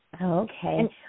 Okay